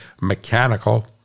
mechanical